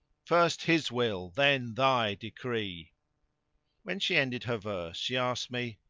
first his will then thy decree when she ended her verse she asked me,